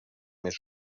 més